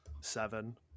Seven